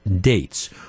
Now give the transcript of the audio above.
dates